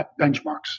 benchmarks